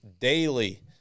daily